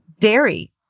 Dairy